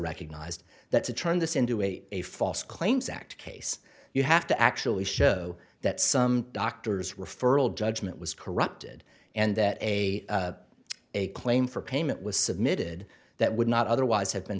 recognized that to turn this into a a false claims act case you have to actually show that some doctors referral judgment was corrupted and that a a claim for payment was submitted that would not otherwise have been